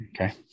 Okay